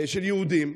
של יהודים.